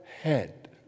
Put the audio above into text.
head